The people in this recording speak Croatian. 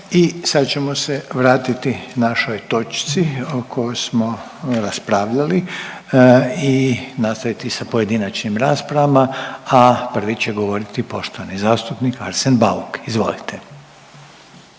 I sad ćemo se vratiti našoj točci o kojoj smo raspravljali i nastaviti sa pojedinačnim raspravama, a prvi će govoriti poštovani zastupnik Arsen Bauk. Izvolite.